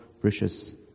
precious